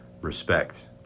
respect